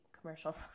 commercial